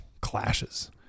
clashes